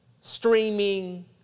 streaming